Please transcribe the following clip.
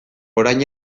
orain